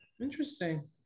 Interesting